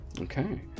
Okay